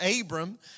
Abram